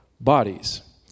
bodies